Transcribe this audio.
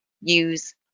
use